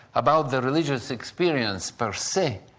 about the religious experience per se,